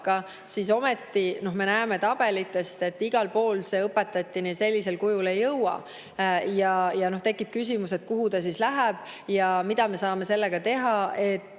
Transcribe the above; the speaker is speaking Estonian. aga ometi me näeme tabelitest, et igal pool see õpetajateni sellisel kujul ei jõua. Tekib küsimus, kuhu see siis läheb ja mida me saame teha, et